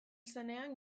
zenean